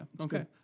okay